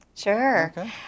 Sure